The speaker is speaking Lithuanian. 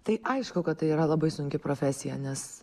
tai aišku kad tai yra labai sunki profesija nes